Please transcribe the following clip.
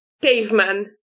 Caveman